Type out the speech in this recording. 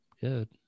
good